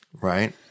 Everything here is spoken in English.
right